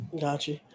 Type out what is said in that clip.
Gotcha